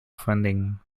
funding